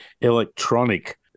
electronic